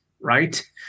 right